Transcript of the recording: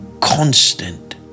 constant